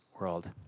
world